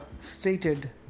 stated